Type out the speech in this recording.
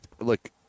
look